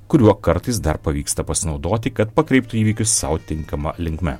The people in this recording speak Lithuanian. kuriuo kartais dar pavyksta pasinaudoti kad pakreiptų įvykius sau tinkama linkme